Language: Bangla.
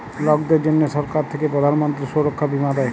লকদের জনহ সরকার থাক্যে প্রধান মন্ত্রী সুরক্ষা বীমা দেয়